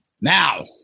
now